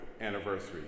anniversary